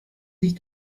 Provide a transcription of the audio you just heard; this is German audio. sich